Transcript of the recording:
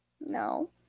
no